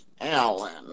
Alan